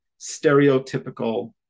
stereotypical